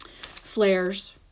Flares